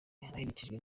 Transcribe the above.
aherekejwe